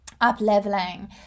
up-leveling